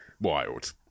Wild